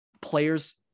players